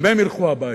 גם הם ילכו הביתה.